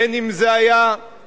בין אם זה היה מרצועת-עזה,